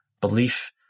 belief